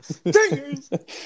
Dingers